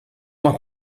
uma